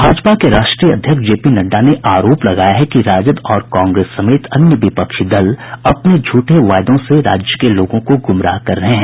भाजपा के राष्ट्रीय अध्यक्ष जेपी नड़डा ने आरोप लगाया है कि राजद और कांग्रेस समेत अन्य विपक्षी दल अपने झूठे वायदों से राज्य के लोगों को गुमराह कर रहे हैं